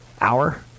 hour